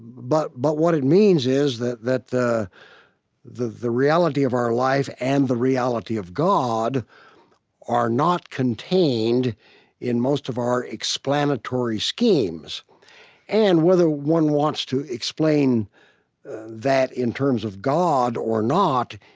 but but what it means is that that the the reality of our life and the reality of god are not contained in most of our explanatory schemes and whether one wants to explain that in terms of god or not,